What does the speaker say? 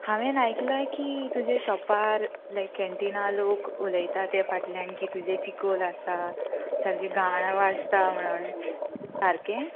हांवें आयकलां की तुजे शॉपार लायक कँटिना लोक उलयता ते फाटल्यान की तुजे चिकोल आसा सारकें घाण वास येता म्हणून सारकें